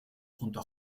junto